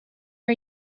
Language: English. are